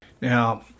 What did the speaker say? Now